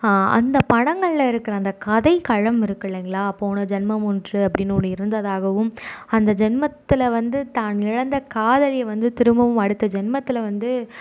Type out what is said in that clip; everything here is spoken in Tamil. அந்த படங்களில் இருக்கிற அந்த கதைக்களம் இருக்கில்லிங்களா போன ஜென்மம் ஒன்று அப்படினு ஒன்று இருந்ததாகவும் அந்த ஜென்மத்தில் வந்து தான் இழந்த காதலியை வந்து திரும்பவும் அடுத்த ஜென்மத்தில் வந்து